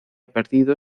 perdido